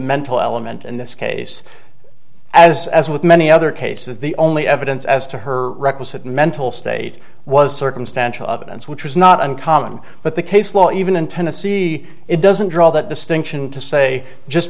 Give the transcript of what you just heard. mental element in this case as as with many other cases the only evidence as to her requisite mental state was circumstantial evidence which is not uncommon but the case law even in tennessee it doesn't draw that distinction to say just